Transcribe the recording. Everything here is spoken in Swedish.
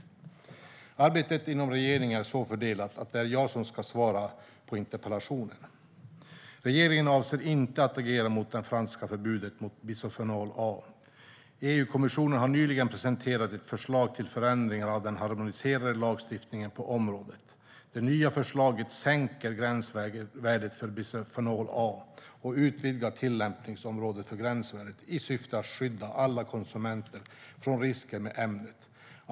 Arbetet inom regeringen är så fördelat att det är jag som ska svara på interpellationen. Regeringen avser inte att agera mot det franska förbudet mot bisfenol A. EU-kommissionen har nyligen presenterat ett förslag till förändringar av den harmoniserade lagstiftningen på området. Det nya förslaget sänker gränsvärdet för bisfenol A och utvidgar tillämpningsområdet för gränsvärdet i syfte att skydda alla konsumenter från risker med ämnet.